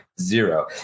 zero